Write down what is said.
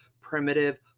primitive